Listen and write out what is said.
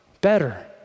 better